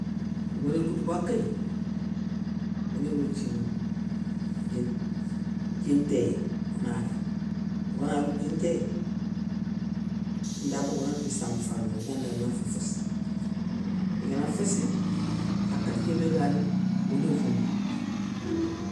Ogani koutou bakéy, oni ro djinŋa, guét, djin ntéyé, ona réy, ogana ro djin ntéyé, inda bogou ona dagui sampa fanŋé, o danda ri, ona fi féssi, igana féssi, hakhati kébé ga rini, oni khoungou.